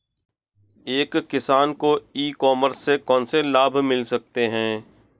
एक किसान को ई कॉमर्स के कौनसे लाभ मिल सकते हैं?